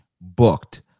booked